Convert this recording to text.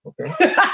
okay